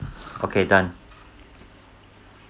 okay done